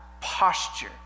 posture